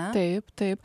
taip taip